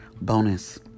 bonus